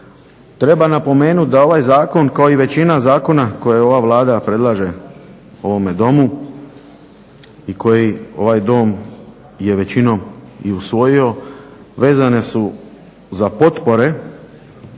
Treba napomenuti da ovaj zakon kao i većina zakona koje ova Vlada predlaže ovome Domu i koji ovaj Dom je većinom i usvojio vezane su za potpore